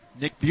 Nick